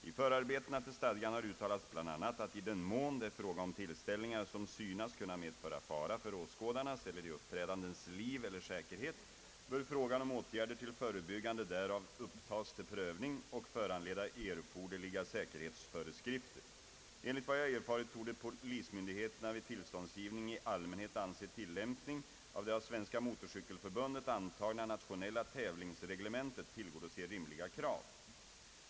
I förarbetena till stadgan har uttalats bl.a., att i den mån det är fråga om tillställningar, som synes kunna medföra fara för åskådarnas eller de uppträdandes liv eller säkerhet, bör frågan om åtgärder till förebyggande därav upptas till prövning och föranleda erforderliga säkerhetsföreskrifter. Enligt vad jag erfarit torde polismyndigheterna vid tillståndsgivning i allmänhet anse tillämpning av det av Svenska motorcykelförbundet antagna nationella tävlingsreglementet tillgodose rimliga krav.